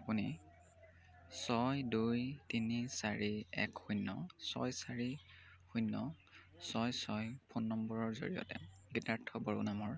আপুনি ছয় দুই তিনি চাৰি এক শূন্য ছয় চাৰি শূন্য ছয় ছয় ফোন নম্বৰৰ জৰিয়তে গীতাৰ্থ বড়ো নামৰ